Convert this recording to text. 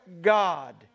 God